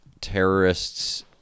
terrorists